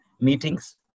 meetings